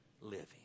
living